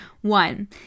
One